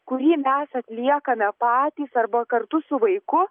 kurį mes atliekame patys arba kartu su vaiku